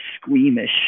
squeamish